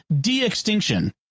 de-extinction